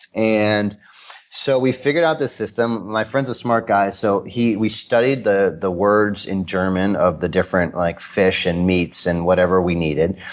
and so, we figured out the system. my friend's a smart guy, so we studied the the words in german of the different like fish and meats and whatever we needed.